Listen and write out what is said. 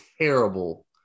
terrible